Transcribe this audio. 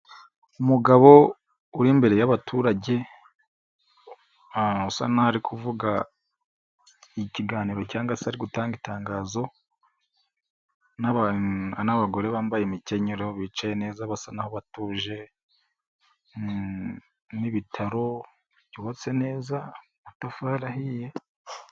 Umugabo uri imbere y'ababaturage asanari kuvuga ikiganiro cyangwa se ari gutanga itangazo, n'abagore bambaye imikenyero bicaye neza basa naho batuje, n'ibitaro byubatse neza amatafari ahiye.